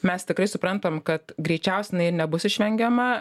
mes tikrai suprantam kad greičiausia jinai ir nebus išvengiama